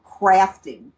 crafting